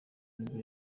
nibwo